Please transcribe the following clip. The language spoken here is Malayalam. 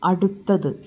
അടുത്തത്